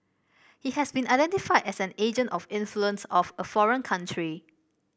he has been identified as an agent of influence of a foreign country